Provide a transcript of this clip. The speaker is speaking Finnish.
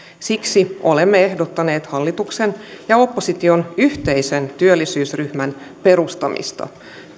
siksi olemme ehdottaneet hallituksen ja opposition yhteisen työllisyysryhmän perustamista